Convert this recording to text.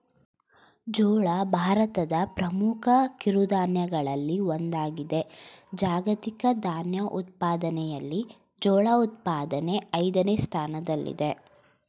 ಜೋಳ ಭಾರತದ ಪ್ರಮುಖ ಕಿರುಧಾನ್ಯಗಳಲ್ಲಿ ಒಂದಾಗಿದೆ ಜಾಗತಿಕ ಧಾನ್ಯ ಉತ್ಪಾದನೆಯಲ್ಲಿ ಜೋಳ ಉತ್ಪಾದನೆ ಐದನೇ ಸ್ಥಾನದಲ್ಲಿದೆ